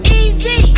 easy